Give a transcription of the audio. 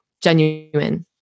genuine